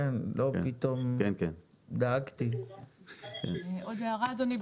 עוד הערה אדוני.